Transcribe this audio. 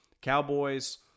Cowboys